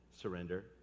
Surrender